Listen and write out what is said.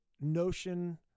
notion